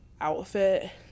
outfit